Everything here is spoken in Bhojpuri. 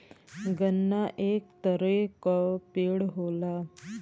गन्ना एक तरे क पेड़ होला